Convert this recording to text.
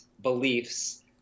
beliefs